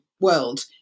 world